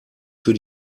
für